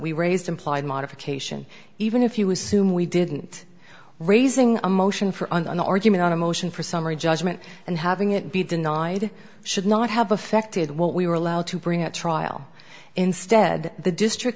we raised implied modification even if you assume we didn't raising a motion for on the argument on a motion for summary judgment and having it be denied should not have affected what we were allowed to bring at trial instead the district